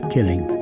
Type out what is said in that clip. Killing